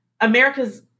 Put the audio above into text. America's